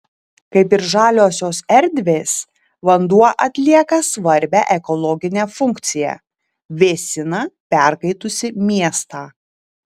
kaip ir žaliosios erdvės vanduo atlieka svarbią ekologinę funkciją vėsina perkaitusį miestą